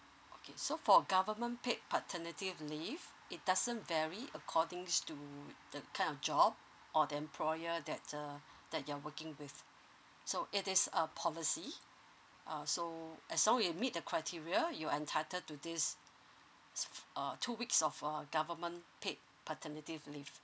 okay so for government paid paternity leave it doesn't vary accordings to the kind of job or the employer that err that you're working with so it is a policy uh so as all we meet the criteria you entitled to this two weeks of uh government paid paternity leave